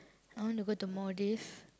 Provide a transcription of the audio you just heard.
I want to go to Maldives